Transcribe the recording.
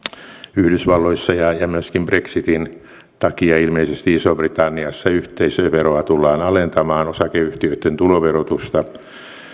yhdysvalloissa ja ja myöskin brexitin takia ilmeisesti isossa britanniassa yhteisöveroa tullaan alentamaan osakeyhtiöitten tuloverotusta